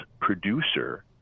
producer